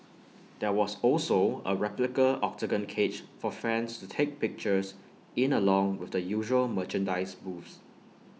there was also A replica Octagon cage for fans to take pictures in along with the usual merchandise booths